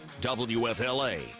WFLA